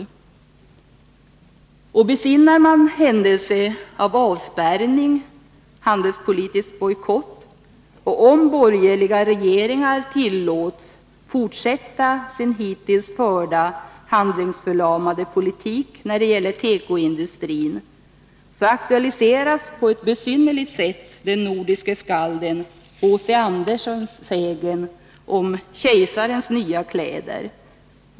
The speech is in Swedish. Besinnar men vad som kan hända i händelse av avspärrning eller handelspolitisk bojkott och om borgerliga regeringar tillåts fortsätta sin hittills förda, handlingsförlamade politik när det gäller tekoindustrin, aktualiseras på ett besynnerligt sätt den nordiske skalden H. C. Andersens sägen om kejsarens nya kläder.